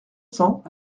cents